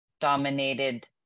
dominated